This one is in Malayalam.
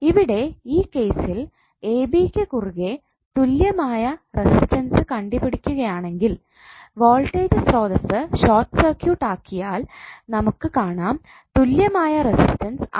ഇവിടെ ഈ കേസിൽ ab ക്ക് കുറുകെ തുല്യമായ റസിസ്റ്റൻസ് കണ്ടുപിടിക്കുകയാണെങ്കിൽ വോൾട്ടേജ് സ്രോതസ്സ് ഷോർട്ട് സർക്യൂട്ട് ആക്കിയാൽ നമുക്ക് കാണാം തുല്യമായ റസിസ്റ്റൻസ് R